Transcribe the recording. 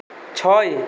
ছয়